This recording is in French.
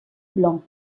blanc